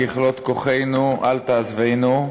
ככלות כוחנו אל תעזבנו,